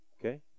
okay